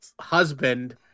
husband